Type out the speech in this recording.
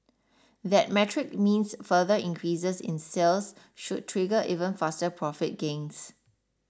that metric means further increases in sales should trigger even faster profit gains